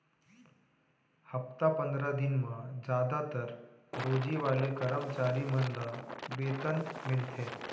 हप्ता पंदरा दिन म जादातर रोजी वाले करम चारी मन ल वेतन मिलथे